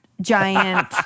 giant